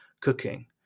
cooking